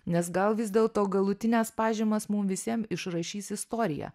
nes gal vis dėlto galutines pažymas mum visiem išrašys istorija